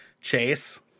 chase